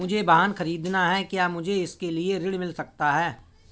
मुझे वाहन ख़रीदना है क्या मुझे इसके लिए ऋण मिल सकता है?